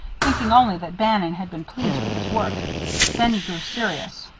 thinking only that bannon had been pleased with his work then he grew serious.